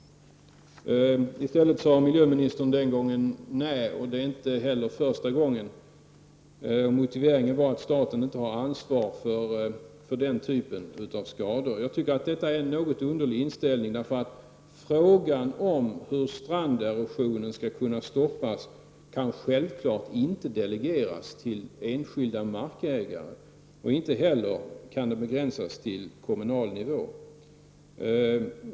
I stället sade miljöministern nej, och det var inte heller första gången. Motiveringen var att staten inte har ansvar för den typen av skador. Jag tycker att det är en något underlig inställning. Frågan om hur stranderosionen skall kunna stoppas kan självfallet inte delegeras till enskilda markägare. Inte heller kan den begränsas till kommunal nivå.